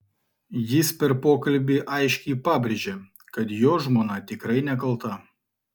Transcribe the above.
jis per pokalbį aiškiai pabrėžė kad jo žmona tikrai nekalta